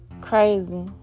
Crazy